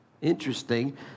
Interesting